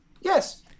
Yes